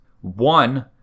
One